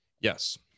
Yes